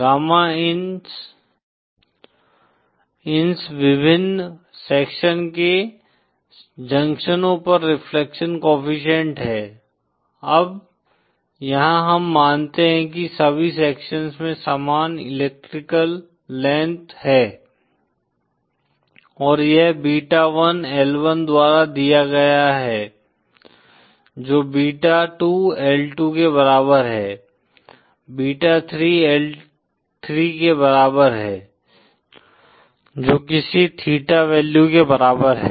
gamma इन्स विभिन्न section के जंक्शनों पर रिफ्लेक्शन कोएफ़िशिएंट हैं अब यहां हम मानते हैं कि सभी सेक्शंस में समान इलेक्ट्रिकल लेंथ है और यह बीटा1L1 द्वारा दिया गया है जो बीटा2L2 के बराबर है बीटा3L3 के बराबर है जो किसी थीटा वैल्यू के बराबर है